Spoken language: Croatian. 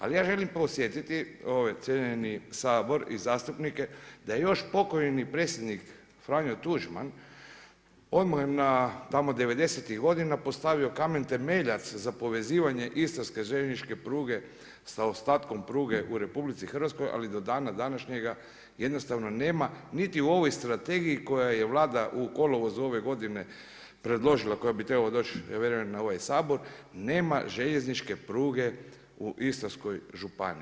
Ali ja želim podsjetiti ovaj cijenjeni Sabor i zastupnike da je još pokojni predsjednik Franjo Tuđman odmah tamo devedesetih godina postavio kamen temeljac za povezivanje istarske željezničke pruge sa ostatkom pruge u RH, ali do dana današnjega jednostavno nema niti u ovoj strategiji koju je Vlada u kolovozu ove godine predložila, koja bi ja vjerujem trebala doći na ovaj Sabor nema željezničke pruge u Istarskoj županiji.